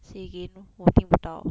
say again 我听不到